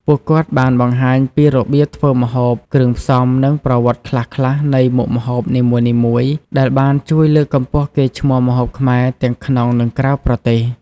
ពួកគាត់បានបង្ហាញពីរបៀបធ្វើម្ហូប គ្រឿងផ្សំ និងប្រវត្តិខ្លះៗនៃមុខម្ហូបនីមួយៗ ដែលបានជួយលើកកម្ពស់កេរ្តិ៍ឈ្មោះម្ហូបខ្មែរទាំងក្នុង និងក្រៅប្រទេស។